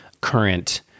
current